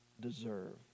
deserve